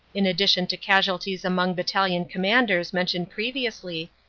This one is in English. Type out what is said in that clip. in addition to casualties among battalion commanders mentioned previously,